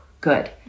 good